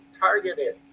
targeted